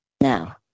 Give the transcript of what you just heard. Now